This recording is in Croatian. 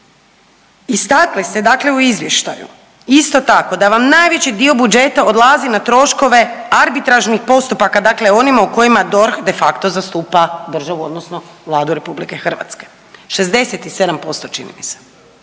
Istakli ste dakle u izvještaju isto tako da vam najveći dio budžeta odlazi na troškove arbitražnih postupaka dakle onima u kojima DORH de facto zastupa državu odnosno Vladu RH. 67% čini mi se,